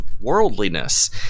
worldliness